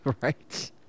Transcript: Right